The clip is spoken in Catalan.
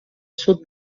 sud